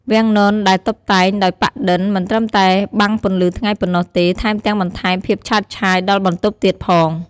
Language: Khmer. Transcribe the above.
វាំងននដែលតុបតែងដោយប៉ាក់-ឌិន មិនត្រឹមតែបាំងពន្លឺថ្ងៃប៉ុណ្ណោះទេ ថែមទាំងបន្ថែមភាពឆើតឆាយដល់បន្ទប់ទៀតផង។